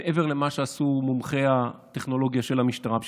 מעבר למה שעשו מומחי הטכנולוגיה של המשטרה,